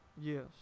Yes